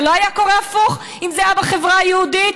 זה לא היה קורה הפוך אם זה היה בחברה היהודית?